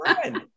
friend